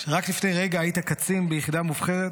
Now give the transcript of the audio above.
כשרק לפני רגע היית קצין ביחידה מובחרת,